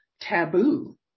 taboo